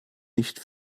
nicht